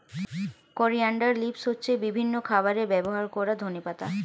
coriander leaves হচ্ছে বিভিন্ন খাবারে ব্যবহার করা ধনেপাতা